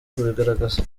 kubigaragaza